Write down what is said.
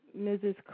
Mrs